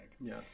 Yes